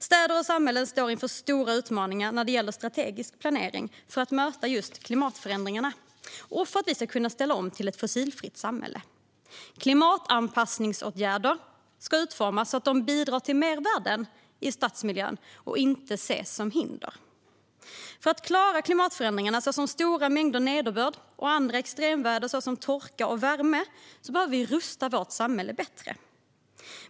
Städer och samhällen står inför stora utmaningar vad gäller strategisk planering för att möta just klimatförändringarna och kunna ställa om till ett fossilfritt samhälle. Klimatanpassningsåtgärder ska utformas så att de bidrar till mervärden i stadsmiljön och inte ses som hinder. För att klara klimatförändringarna, såsom stora mängder nederbörd och andra extremväder som torka och värme, behöver vi rusta vårt samhälle bättre.